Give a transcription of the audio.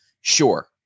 sure